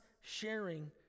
sharing